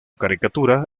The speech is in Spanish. caricatura